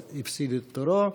אז הפסיד את תורו,